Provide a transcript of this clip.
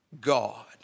God